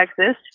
Texas